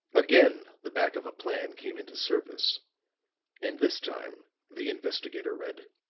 again the back of a plan came into service and this time the investigator read.